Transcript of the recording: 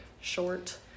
short